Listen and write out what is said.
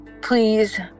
please